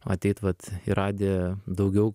ateit vat į radiją daugiau